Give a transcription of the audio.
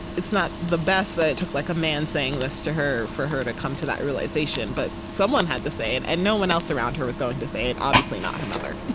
it's not the best, that it took like a man saying this to her for her to come to that realization. but someone had to say it, and no one else around her was going to say it obviously, not her mother.